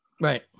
right